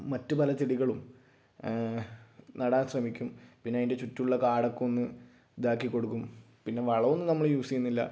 മറ്റു പല ചെടികളും നടാൻ ശ്രമിക്കും പിന്നെ അതിന് ചുറ്റുള്ള കാടൊക്കെ ഒന്ന് ഇതാക്കി കൊടുക്കും പിന്നെ വളം ഒന്നും നമ്മൾ യൂസ് ചെയ്യുന്നില്ല